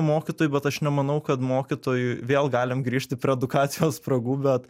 mokytoju bet aš nemanau kad mokytojui vėl galim grįžti prie edukacijos spragų bet